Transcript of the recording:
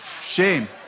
Shame